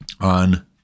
on